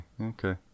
Okay